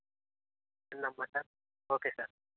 chana bhatura okay sir